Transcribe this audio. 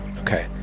Okay